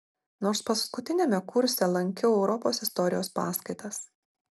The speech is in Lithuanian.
nors paskutiniame kurse lankiau europos istorijos paskaitas